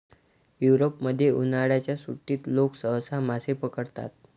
युरोपमध्ये, उन्हाळ्याच्या सुट्टीत लोक सहसा मासे पकडतात